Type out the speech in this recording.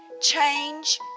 change